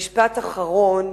משפט אחרון,